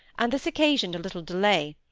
and this occasioned a little delay,